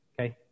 Okay